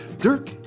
Dirk